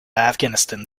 afghanistan